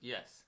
Yes